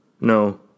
No